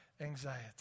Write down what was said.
anxiety